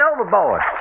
overboard